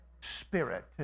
spirit